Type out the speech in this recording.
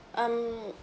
mm